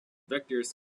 vectors